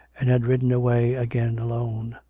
and had ridden away again alone.